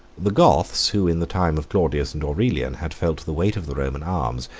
the goths, who in the time of claudius and aurelian had felt the weight of the roman arms,